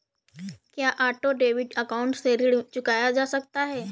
क्या auto debit account से ऋण चुकाया जा सकता है?